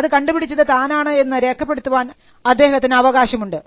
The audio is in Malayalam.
അത് കണ്ടുപിടിച്ചത് താനാണ് എന്ന് രേഖപ്പെടുത്തപ്പെടാൻ അദ്ദേഹത്തിന് അവകാശമുണ്ട്